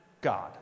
God